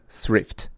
thrift